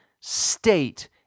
state